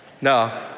No